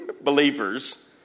believers